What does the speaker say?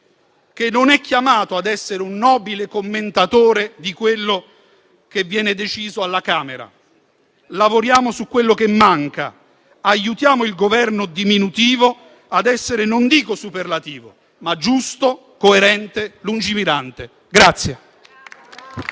che non è chiamato a essere un nobile commentatore di quello che viene deciso alla Camera. Lavoriamo su quello che manca, aiutiamo il Governo diminutivo a essere non dico superlativo, ma giusto, coerente e lungimirante.